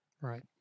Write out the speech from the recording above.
Right